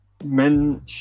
men